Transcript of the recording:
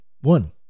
one